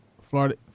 Florida